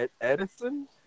Edison